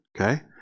okay